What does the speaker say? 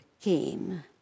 came